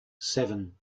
seven